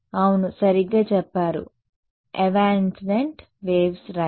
అవును సరిగ్గా చెప్పారు ఎవాన్సెంట్ evanescent తప్పించుకునే వేవ్స్ రైట్